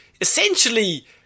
essentially